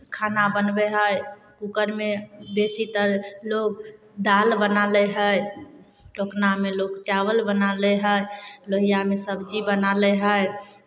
खाना बनबै हइ कूकरमे बेशीतर लोक दालि बना लै हइ टोकनामे लोक चावल बना लै हइ लोहियामे सबजी बना लै हइ